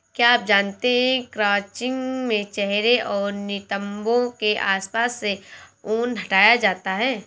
क्या आप जानते है क्रचिंग में चेहरे और नितंबो के आसपास से ऊन हटाया जाता है